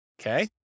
Okay